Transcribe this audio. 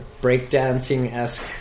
breakdancing-esque